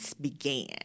began